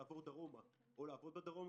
לעבור דרומה או לעבוד בדרום,